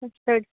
असंच